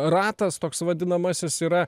ratas toks vadinamasis yra